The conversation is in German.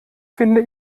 finde